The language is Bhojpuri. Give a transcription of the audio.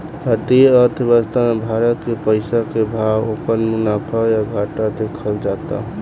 भारतीय अर्थव्यवस्था मे भारत के पइसा के भाव, ओकर मुनाफा या घाटा देखल जाता